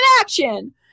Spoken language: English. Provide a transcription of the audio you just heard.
action